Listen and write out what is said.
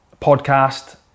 podcast